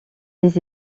des